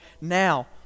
now